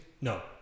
No